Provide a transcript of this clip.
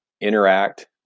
interact